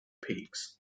peaks